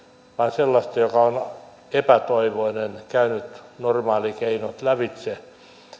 sellaista joka on epätoivoinen ja käynyt normaalikeinot lävitse